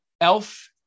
Elf